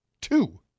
Two